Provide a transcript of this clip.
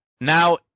Now